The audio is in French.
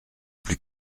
plus